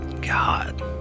God